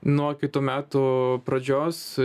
nuo kitų metų pradžios